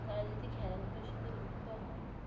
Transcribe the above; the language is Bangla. তারা যদি খেলাধুলোর সাথে যুক্ত হন